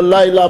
בלילה,